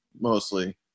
mostly